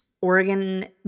Oregon